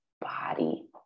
body